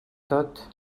tot